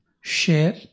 share